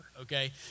Okay